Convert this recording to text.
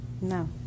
No